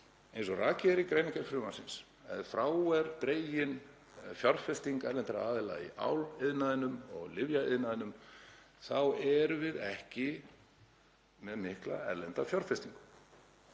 eins og rakið er í greinargerð frumvarpsins, að ef frá er dregin fjárfestinga erlendra aðila í áliðnaðinum og lyfjaiðnaðinum þá erum við ekki með mikla erlenda fjárfestingu.